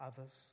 others